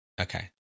okay